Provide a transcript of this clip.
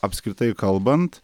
apskritai kalbant